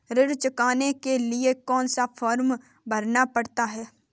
ऋण चुकाने के लिए कौन सा फॉर्म भरना पड़ता है?